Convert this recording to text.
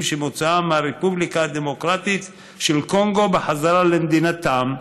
שמוצאם מהרפובליקה הדמוקרטית של קונגו בחזרה למדינתם,